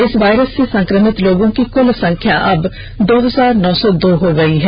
इस वायरस से संक्रमित लोगों की कुल संख्या अब दौ हजार नौ सौ दो हो गई है